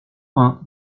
fin